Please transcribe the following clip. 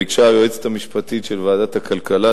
ביקשה היועצת המשפטית של ועדת הכלכלה,